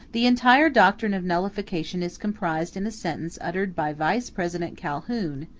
the entire doctrine of nullification is comprised in a sentence uttered by vice-president calhoun,